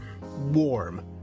warm